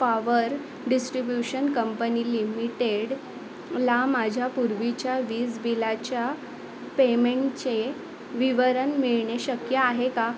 power distribution company लिमिटेडला माझ्या पूर्वीच्या वीज बिलाच्या पेमेणचे विवरण मिळणे शक्य आहे का